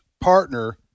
partner